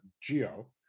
GEO